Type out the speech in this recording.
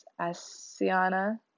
Asiana